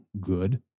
good